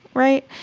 right.